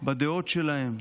בדעות שלהם,